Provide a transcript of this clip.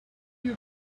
you